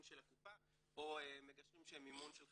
של הקופה או מגשרים שהם במימון של 50%-50%,